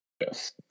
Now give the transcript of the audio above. Yes